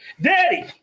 Daddy